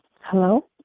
Hello